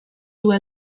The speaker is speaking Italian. due